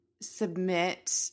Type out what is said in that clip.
submit